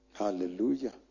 Hallelujah